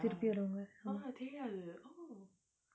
திருப்பி வருவாங்க:thirupi varuvanga